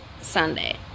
Sunday